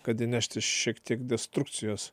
kad įnešti šiek tiek destrukcijos